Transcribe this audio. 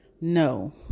No